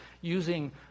using